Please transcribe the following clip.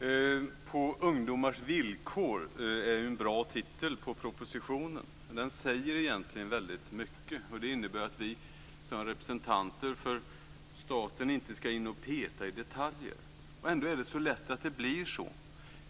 när jag slutar att vara pojke. På ungdomars villkor är en bra titel på propositionen. Den säger egentligen väldigt mycket, för det innebär att vi som representanter för staten inte ska gå in och peta i detaljer. Ändå är det så lätt att det blir så.